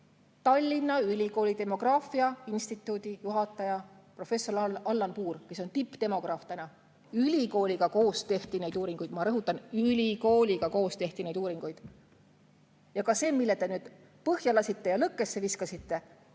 Tallinna Ülikooli demograafia instituudi juhataja professor Allan Puur, kes on tippdemograaf? Ülikooliga koos tehti neid uuringuid. Ma rõhutan: ülikooliga koos tehti neid uuringuid. Ja ka see, mille te nüüd põhja lasksite ja lõkkesse viskasite